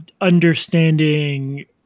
understanding